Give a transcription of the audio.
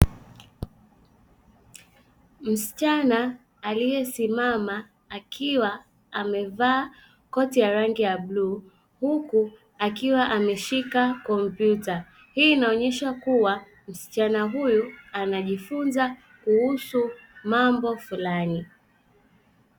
Msichana aliyesimama akiwa amevaa koti ya rangi ya bluu huku akiwa ameshika kompyuta, hii inaonyesha kuwa msichana huyu anajifunza kuhusu mambo fulani.